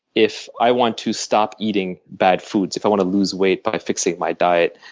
if i want to stop eating bad food, if i want to lose weight by fixing my diet,